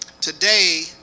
Today